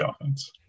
offense